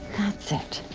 that's it.